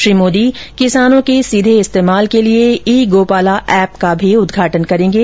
श्री मोदी किसानों के सीधे इस्तेमाल के लिए ई गोपाला एप का भी उदघाटन करेंगे